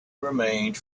remained